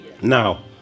Now